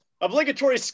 Obligatory